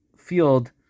Field